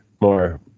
more